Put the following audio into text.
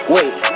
Wait